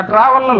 Travel